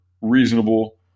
reasonable